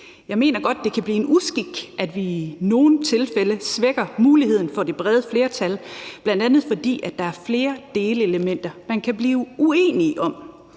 Jeg mener godt, at det kan blive en uskik, at vi i nogle tilfælde svækker muligheden for det brede flertal, bl.a. fordi der er flere delelementer, man kan blive uenige om.